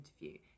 interview